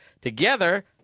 Together